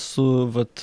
su vat